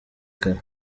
kare